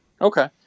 Okay